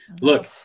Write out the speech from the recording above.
look